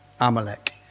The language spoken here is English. Amalek